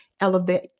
elevate